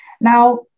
Now